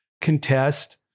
contest